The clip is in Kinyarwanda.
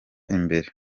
imbere